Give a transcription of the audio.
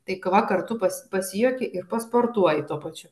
tai kra kartu pas pasijuoki ir pasportuoji tuo pačiu